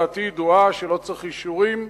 דעתי ידועה שלא צריך אישורים,